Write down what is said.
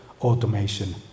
automation